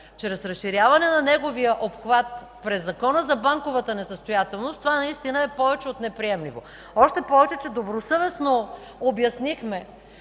чрез разширяване на неговия обхват през Закона за банковата несъстоятелност – това наистина е повече от неприемливо! Още повече – добросъвестно обяснихме,